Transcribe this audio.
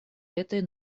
этой